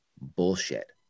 Bullshit